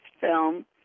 film